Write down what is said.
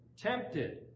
tempted